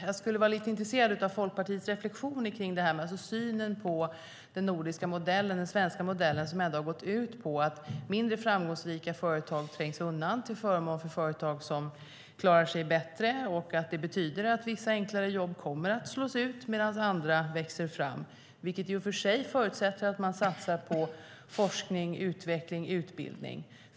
Jag är intresserad av Folkpartiets reflexioner om det här med synen på den nordiska modellen, den svenska modellen, som ändå har gått ut på att mindre framgångsrika företag trängs undan till förmån för företag som klarar sig bättre och att det betyder att vissa enklare jobb kommer att slås ut medan andra växer fram, vilket i och för sig förutsätter att man satsar på forskning, utveckling och utbildning.